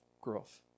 growth